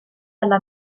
alla